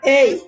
Hey